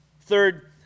Third